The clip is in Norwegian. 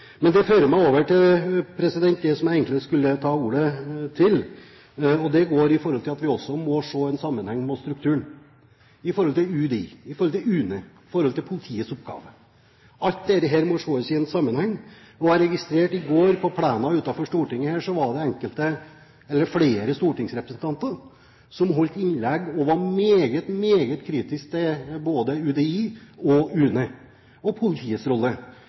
Det fører meg over til det som jeg egentlig skulle ta ordet til, og det går på at vi også må se en sammenheng i strukturen når det gjelder UDIs, UNEs og politiets oppgaver. Alt dette må ses i en sammenheng. Jeg registrerte i går på plenen utenfor Stortinget at det var flere stortingsrepresentanter som holdt innlegg og var meget, meget kritiske til både UDIs og UNEs og politiets rolle.